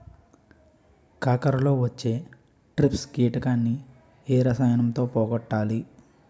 కాకరలో వచ్చే ట్రిప్స్ కిటకని ఏ రసాయనంతో పోగొట్టాలి?